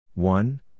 One